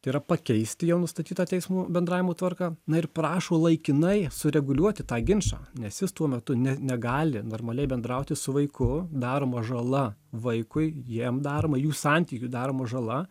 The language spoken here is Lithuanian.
tai yra pakeisti jau nustatytą teismo bendravimo tvarką na ir prašo laikinai sureguliuoti tą ginčą nes jis tuo metu ne negali normaliai bendrauti su vaiku daroma žala vaikui jiem daroma jų santykiui daroma žala